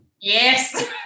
Yes